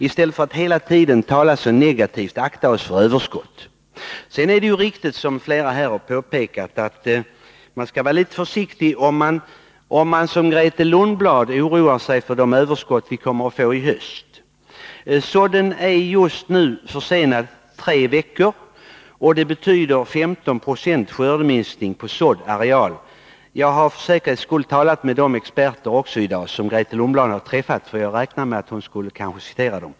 I stället talas det hela tiden negativt om detta — vi skall akta oss för överskott. Det är riktigt att — som flera redan påpekat — man skall vara litet försiktig i sin bedömning om man, som Grethe Lundblad, oroar sig för det överskott som vi kan komma att få i höst. Sådden är just nu tre veckor försenad, och det betyder 15 20 minskning av skörden på arealen. Jag har för säkerhets skull i dag talat med de experter som Grethe Lundblad träffat, för jag räknade med att hon skulle citera dem.